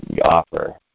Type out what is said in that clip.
offer